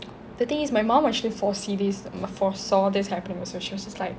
the thing is my mum actually foresee this foresaw happen also she was just like